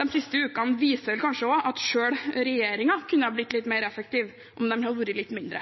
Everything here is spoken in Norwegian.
den hadde vært litt mindre.